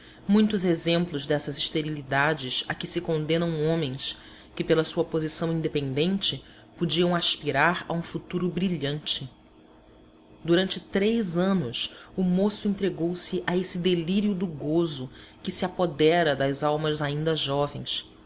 muitos exemplos dessas esterilidades a que se condenam homens que pela sua posição independente podiam aspirar a um futuro brilhante durante três anos o moço entregou-se a esse delírio do gozo que se apodera das almas ainda jovens